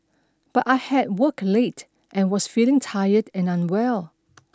but I had worked late and was feeling tired and unwell